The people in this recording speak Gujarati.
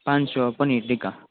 પાનસો પનીર ટિક્કા